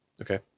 Okay